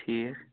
ٹھیٖک